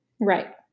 Right